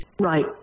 Right